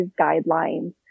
guidelines